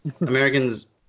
Americans